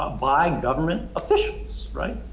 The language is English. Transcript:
ah by government officials, right?